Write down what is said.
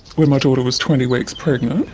when my daughter was twenty weeks pregnant,